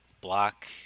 block